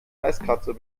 eiskratzer